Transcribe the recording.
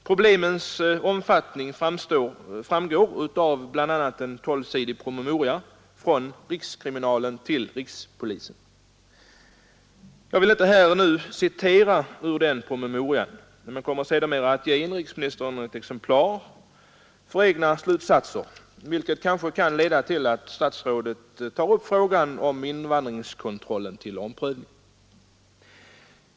Problemets omfattning framgår av bl.a. en tolvsidig promemoria från rikskriminalen till rikspolisen. Jag vill inte här citera ur den promemorian, men jag kommer sedermera att ge inrikesministern ett exemplar för egna slutsatser, vilket kanske kan leda till att statsrådet tar upp frågan om invandringskontrollen till omprövning.